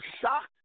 shocked